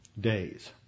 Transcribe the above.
days